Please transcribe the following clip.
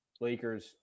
Lakers